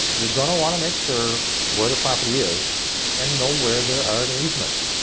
you're gonna want to make sure where the property is and know where there are any easement.